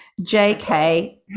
jk